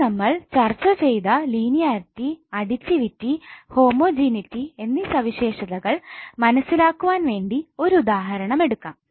ഇനി നമ്മൾ ചർച്ചചെയ്ത ലീനിയറിട്ടി അഡിറ്റീവിറ്റി ഹോമജനീറ്റി എന്നീ സവിശേഷതകൾ മനസ്സിലാക്കുവാൻ വേണ്ടി ഒരു ഉദാഹരണം എടുക്കാം